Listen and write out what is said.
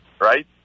right